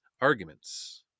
arguments